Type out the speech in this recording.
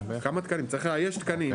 צריך לאייש תקנים.